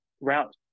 route